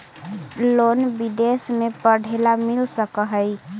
Loan विदेश में पढ़ेला मिल सक हइ?